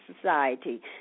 Society